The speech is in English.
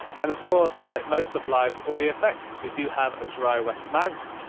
and of course like most of live's audio effects, we do have a dry wet amount.